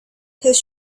his